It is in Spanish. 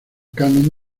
canon